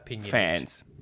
fans